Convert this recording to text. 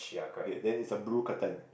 okay then is a blue curtain